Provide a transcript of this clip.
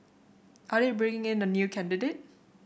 are they bringing in a new candidate